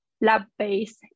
lab-based